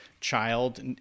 child